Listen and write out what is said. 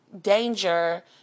danger